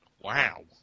Wow